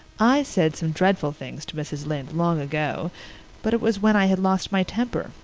i said some dreadful things to mrs. lynde long ago but it was when i had lost my temper.